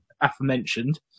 aforementioned